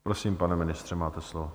Prosím, pane ministře, máte slovo.